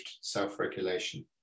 self-regulation